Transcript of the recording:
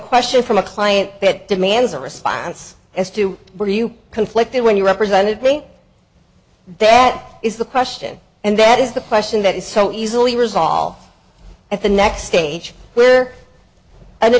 question from a client that demands a response as to were you conflicted when you represented me there is the question and that is the question that is so easily resolved at the next stage where